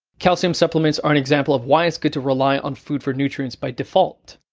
calcium supplements are an example of why it's good to rely on food for nutrients by default.